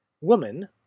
Woman